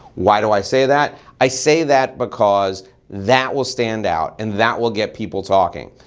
why do i say that? i say that because that will stand out and that will get people talking.